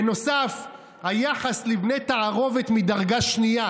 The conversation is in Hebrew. בנוסף, היחס לבני תערובת מדרגה שנייה